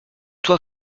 toi